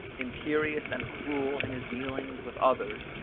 imperious and cruel in his dealings with others,